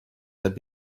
had